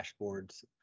dashboards